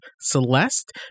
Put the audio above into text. Celeste